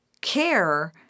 care